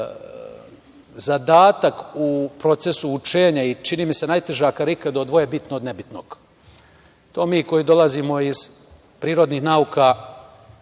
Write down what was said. zadatak u procesu učenja i čini mi se najteža karika da odvoje bitno od nebitnog. To mi koji dolazimo iz prirodnih nauka